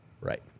right